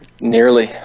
Nearly